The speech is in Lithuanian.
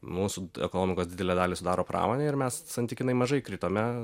mūsų ekonomikos didelę dalį sudaro pramonė ir mes santykinai mažai kritome